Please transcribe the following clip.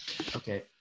Okay